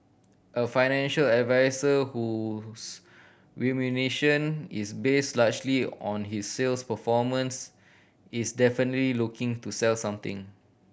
a financial advisor whose remuneration is based largely on his sales performance is definitely looking to sell something